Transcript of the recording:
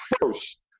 first